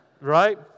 Right